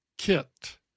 kit